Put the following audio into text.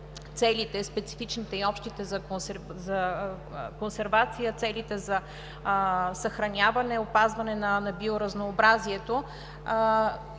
целите – специфичните и общите за консервация, целите за съхраняване, опазване на биоразнообразието,